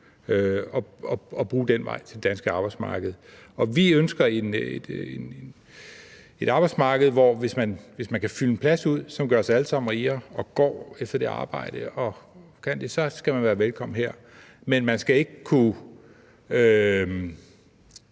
at bruge den vej til det danske arbejdsmarked. Vi ønsker et arbejdsmarked, hvor man, hvis man kan fylde en plads ud, som gør os alle sammen rigere, altså hvor man går efter det arbejde og kan det, så skal være velkommen her. Men man skal ikke kunne